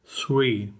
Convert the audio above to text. three